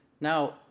Now